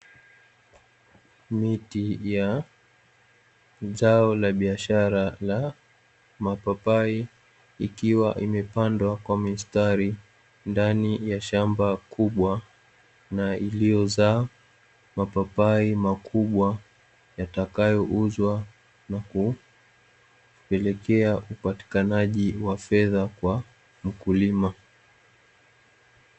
Miti ya zao la biashara la mapapai ikiwa imepandwa kwa mistari ndani ya shamba kubwa na iliyozaa mapapai makubwa yatayouzwa, na kupelekea upatikanaji wa fedha kwa mkulima.